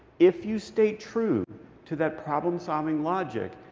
if you stay true to that problem-solving logic,